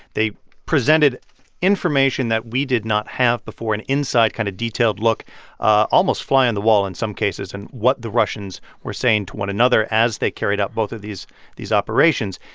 they presented information that we did not have before an inside, kind of detailed look almost fly on the wall in some cases and what the russians were saying to one another as they carried out both of these these operations.